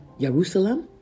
Jerusalem